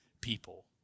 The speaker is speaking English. people